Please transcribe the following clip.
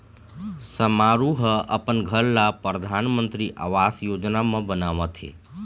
समारू ह अपन घर ल परधानमंतरी आवास योजना म बनवावत हे